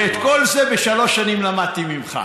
ואת כל זה בשלוש שנים למדתי ממך.